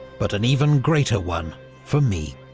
but an even greater one for me.